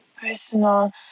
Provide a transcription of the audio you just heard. personal